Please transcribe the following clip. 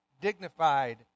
dignified